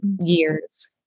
years